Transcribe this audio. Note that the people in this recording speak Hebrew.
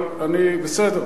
אבל בסדר,